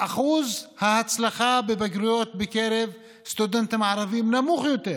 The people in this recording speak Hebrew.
אחוז ההצלחה בבגרויות בקרב סטודנטים ערבים נמוך יותר